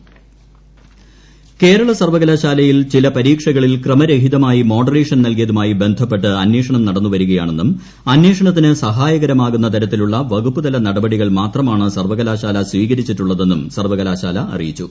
കേരള സർവ്വകലാശാല കേരള സർവകലാശാലയിൽ ചില പരീക്ഷകളിൽ ക്രമരഹിതമായി മോഡറേഷൻ നൽകിയതുമായി ബന്ധപ്പെട്ട് അന്വേഷണം നടന്നു വരികയാണെന്നും അന്വേഷണത്തിനു സഹായകരമാകുന്ന തരത്തിലുള്ള വകുപ്പുതല നടപടികൾ മാത്രമാണ് സർവകലാശാല സ്വീകരിച്ചിട്ടുള്ള തെന്നും സർവ്വകലാശാല അറിയിച്ചു